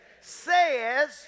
says